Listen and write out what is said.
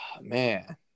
man